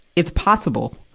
it's possible.